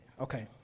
Okay